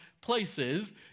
places